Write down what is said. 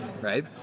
right